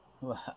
Wow